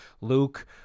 Luke